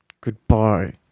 Goodbye